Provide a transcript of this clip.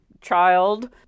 child